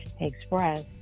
express